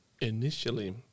initially